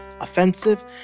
offensive